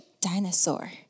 Dinosaur